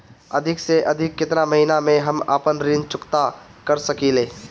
अधिक से अधिक केतना महीना में हम आपन ऋण चुकता कर सकी ले?